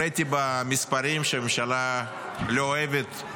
הראיתי במספרים, שהממשלה לא אוהבת,